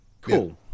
Cool